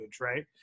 right